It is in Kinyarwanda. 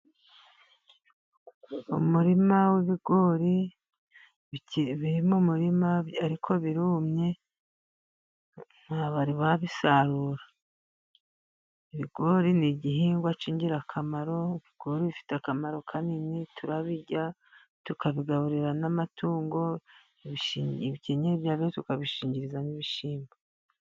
Umurima w'ibigori biki biri mu murima, ariko birumye nta bari babisarura, ibigori ni igihingwa cy'ingirakamaro, bifite akamaro kanini, turabirya, tukabigaburira n'amatungo, ibikenyeri byabyo tukabishingiriza mu bishyimbo.